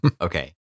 Okay